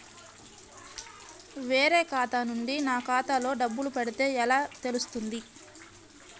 వేరే ఖాతా నుండి నా ఖాతాలో డబ్బులు పడితే ఎలా తెలుస్తుంది?